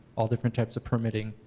all different types of permitting.